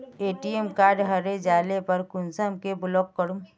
ATM card हरे जाले पर कुंसम के ब्लॉक करूम?